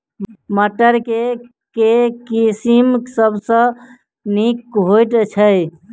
मटर केँ के किसिम सबसँ नीक होइ छै?